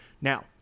Now